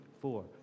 four